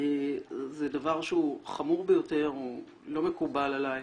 זה דבר שהוא חמור ביותר, הוא לא מקובל עלי.